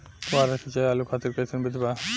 फुहारा सिंचाई आलू खातिर कइसन विधि बा?